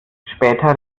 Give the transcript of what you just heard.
später